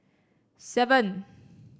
seven